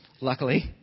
luckily